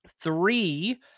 three